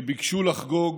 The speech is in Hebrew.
שביקשו לחגוג